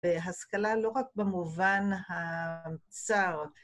והשכלה לא רק במובן המצעות.